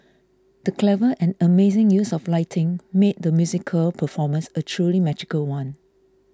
the clever and amazing use of lighting made the musical performance a truly magical one